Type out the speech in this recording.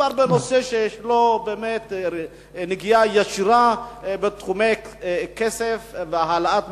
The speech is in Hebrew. מדובר בנושא שיש לו נגיעה ישירה בתחומי כסף והעלאת מחירים,